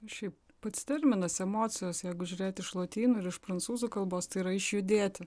šiaip pats terminas emocijos jeigu žiūrėti iš lotynų ir iš prancūzų kalbos tai yra išjudėti